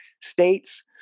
states